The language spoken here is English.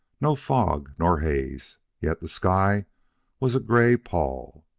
no fog nor haze yet the sky was a gray pall.